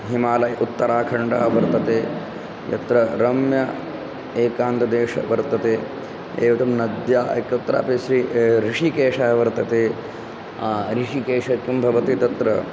हिमालये उत्तराखण्डः वर्तते यत्र रम्यः एकान्तदेशः वर्तते एवं नद्यां कुत्रापि श्री हृषीकेशः वर्तते हृषीकेशः किं भवति तत्र